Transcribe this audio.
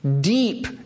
Deep